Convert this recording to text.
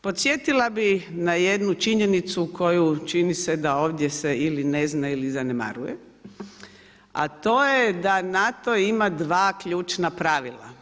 Podsjetila bih na jednu činjenicu koju čini se ovdje se ili ne zna ili zanemaruje, a to je da NATO ima dva ključna pravila.